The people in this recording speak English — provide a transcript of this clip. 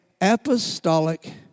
apostolic